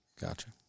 Gotcha